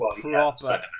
proper